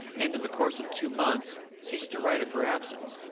and in the course of two months ceased to write of her absence,